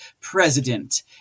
president